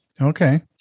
Okay